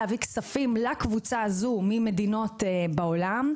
להביא לקבוצה הזו כספים ממדינות בעולם,